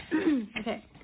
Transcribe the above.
Okay